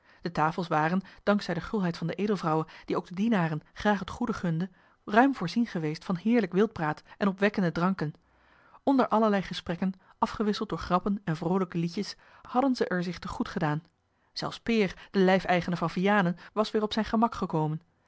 de tafels waren dank zij der gulheid van de edelvrouwe die ook den dienaren graag het goede gunde ruim voorzien geweest van heerlijk wildbraad en opwekkende dranken onder allerlei gesprekken afgewisseld door grappen en vroolijke liedjes hadden zij er zich te goed gedaan zelfs peer de lijfeigene van vianen was weer op zijn gemak gekomen